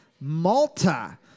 Malta